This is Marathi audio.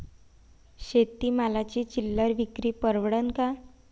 शेती मालाची चिल्लर विक्री परवडन का?